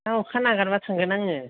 दा अखा नागारब्ला थांगोन आंङो